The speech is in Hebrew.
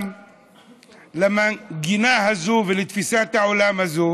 מתווסף למנגינה הזאת ולתפיסת העולם הזאת: